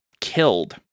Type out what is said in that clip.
killed